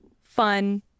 fun